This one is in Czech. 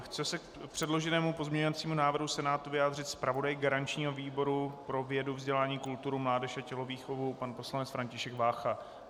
Chce se k předloženému pozměňovacímu návrhu Senátu vyjádřit zpravodaj garančního výboru pro vědu, vzdělání, kulturu, mládež a tělovýchovu pan poslanec František Vácha?